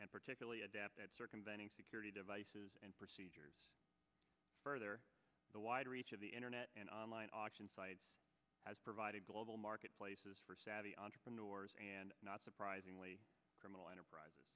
and particularly adept at circumventing security devices and procedures further the wide reach of the internet and online auction site has provided global marketplaces for savvy entrepreneurs and not surprisingly criminal enterprise